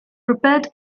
prepared